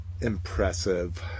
impressive